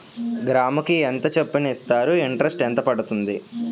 గ్రాముకి ఎంత చప్పున ఇస్తారు? ఇంటరెస్ట్ ఎంత పడుతుంది?